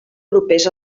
propers